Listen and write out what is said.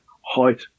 height